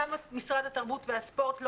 למה משרד התרבות והספורט...